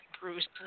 Bruce